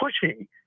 pushing